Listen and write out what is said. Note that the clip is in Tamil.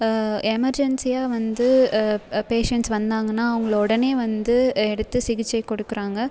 எமர்ஜென்சியாக வந்து பேஷண்ட்ஸ் வந்தாங்கன்னா அவங்கள உடனே வந்து எடுத்து சிகிச்சை கொடுக்கிறாங்க